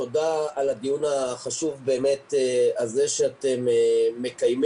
תודה על הדיון החשוב הזה שאתם מקיימים.